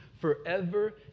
forever